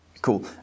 Cool